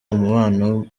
umubano